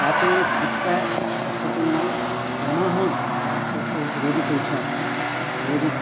प्राचीनचिकित्सापद्धतीनां क्रमः इत्यर्थे रोगीपरीक्षा अस्ति रोगि